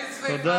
תודה.